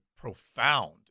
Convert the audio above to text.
profound